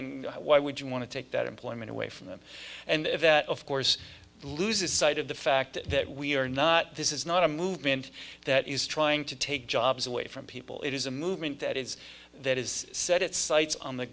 in why would you want to take that employment away from them and that of course loses sight of the fact that we are not this is not a movement that is trying to take jobs away from people it is a movement that is that is set its sights on the